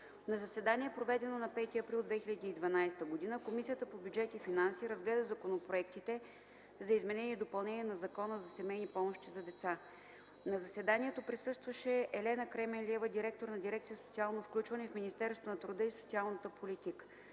На заседание, проведено на 5 април 2012 г., Комисията по бюджет и финанси разгледа законопроектите за изменение и допълнение на Закона за семейни помощи за деца. На заседанието присъстваше Елена Кременлиева – директор на Дирекция „Социално включване” в Министерството на труда и социалната политика.